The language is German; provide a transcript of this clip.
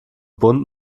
bund